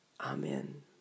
Amen